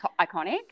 iconic